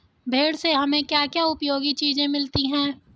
भेड़ से हमें क्या क्या उपयोगी चीजें मिलती हैं?